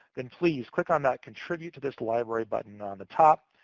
then please, click on that contribute to this library button on the top.